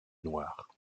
noir